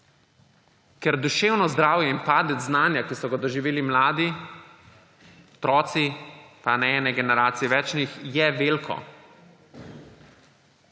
za duševno zdravje in padec znanja, ki so ga doživeli mladi, otroci, pa ne ene generacije, več njih, je veliko.